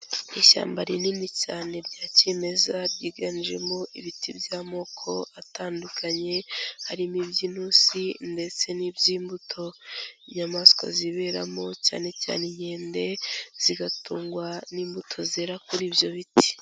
Ishyamba rinini cyane rya kimeza ryiganjemo ibiti by'amoko atandukanye, harimo iby'inturusi ndetse n'iby'imbuto, inyamaswa ziberamo cyane cyane inkende zigatungwa n'imbuto zera kuri ibyo biti.